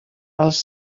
els